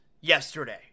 yesterday